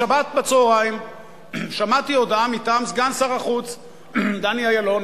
בשבת בצהריים שמעתי הודעה מטעם סגן שר החוץ דני אילון,